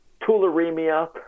tularemia